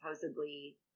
supposedly